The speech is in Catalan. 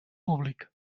públic